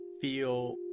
feel